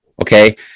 okay